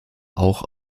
auch